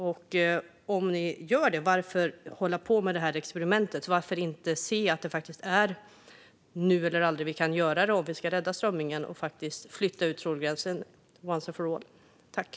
Om ni gör det: Varför hålla på med detta experiment? Varför inte se att det faktiskt är nu eller aldrig vi kan göra detta om vi ska rädda strömmingen? Varför inte flytta ut trålgränsen once and for all?